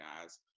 guys